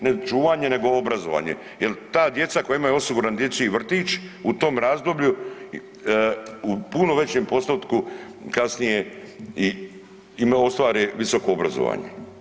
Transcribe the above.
Ne čuvanje, nego obrazovanje jer ta djeca koja imaju osiguran dječji vrtić u tom razdoblju u puno većem postotku kasnije ostvare visoko obrazovanje.